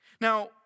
Now